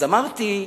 אז אמרתי: